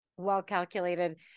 well-calculated